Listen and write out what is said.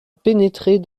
pénétrer